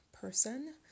person